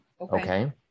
Okay